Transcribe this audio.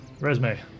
Resume